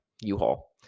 U-Haul